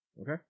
Okay